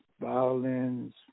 violins